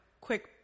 quick